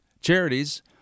charities